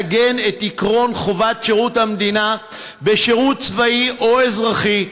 לעגן את עקרון חובת שירות המדינה בשירות צבאי או אזרחי,